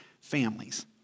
families